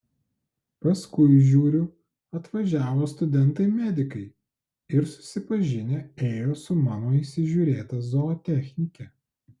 paskui žiūriu atvažiavo studentai medikai ir susipažinę ėjo su mano įsižiūrėta zootechnike